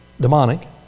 demonic